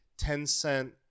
Tencent